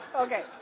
Okay